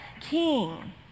King